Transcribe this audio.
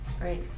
Great